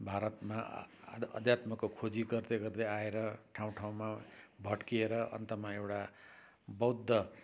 भारतमा आध्यात्मको खोजी गर्दै गर्दै आएर ठाउँ ठाउँमा भट्किएर अन्तमा एउटा बौद्ध